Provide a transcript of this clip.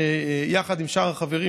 יחד עם שאר החברים,